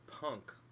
punk